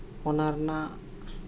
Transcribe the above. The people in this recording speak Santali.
ᱚᱱᱟ ᱨᱮᱱᱟᱜ